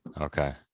Okay